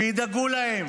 וידאגו להם.